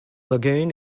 lagoon